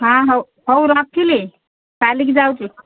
ହଁ ହଉ ହଉ ରଖିଲି କାଲିକି ଯାଉଛି